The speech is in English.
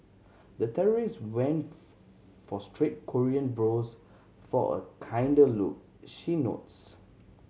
the terrorist went for straight Korean brows for a kinder look she notes